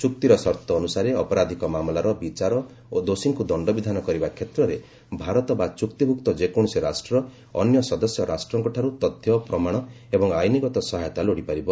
ଚୁକ୍ତିର ସର୍ତ୍ତ ଅନୁସାରେ ଅପରାଧକ ମାମଲାର ବିଚାର ଓ ଦୋଷୀଙ୍କୁ ଦଣ୍ଡବିଧାନ କରିବା କ୍ଷେତ୍ରରେ ଭାରତ ବା ଚୁକ୍ତିଭୁକ୍ତ ଯେକୌଣସି ରାଷ୍ଟ୍ର ଅନ୍ୟ ସଦସ୍ୟ ରାଷ୍ଟ୍ରଙ୍କଠାରୁ ତଥ୍ୟ ପ୍ରମାଣ ଏବଂ ଆଇନଗତ ସହାୟତା ଲୋଡ଼ିପାରିବ